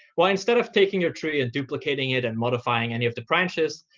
well, instead of taking your tree and duplicating it and modifying any of the branches,